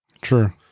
True